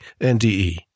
NDE